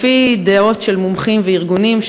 לפי דעות של מומחים וארגונים,